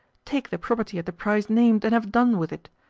take the property at the price named, and have done with it.